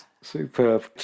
superb